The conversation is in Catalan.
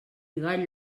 gall